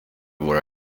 våra